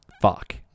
Fuck